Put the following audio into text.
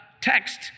text